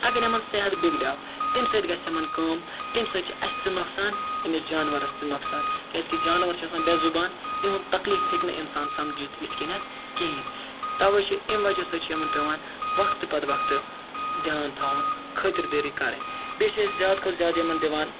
اگر یِمَن صحت بِگڈیٛو تمہِ سۭتۍ گژھِ یِمَن کٲم تمہِ سۭتۍ چھِ اَسہِ تہِ نۄقصان أمِس جاناوَارَس تہِ نۄقصان کیٛازِکہِ جاناوَار چھِ آسان بے زُبان اِہُنٛد تکلیٖف ہیٚکہِ نہٕ اِنسان سَمجھِتھ اِتھ کٔنٮ۪تھ کِہیٖنۍ تَوَے چھِ امہِ وجہ سۭتۍ چھِ یِمَن پٮ۪وان وقتہٕ پَتہٕ وقتہٕ دیان تھاوُن خٲطِر دٲری کَرٕنۍ بیٚیہِ چھِ أسۍ زیادٕ کھۄتہِ زیادٕ یِمَن دِوان